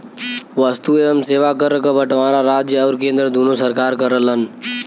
वस्तु एवं सेवा कर क बंटवारा राज्य आउर केंद्र दूने सरकार करलन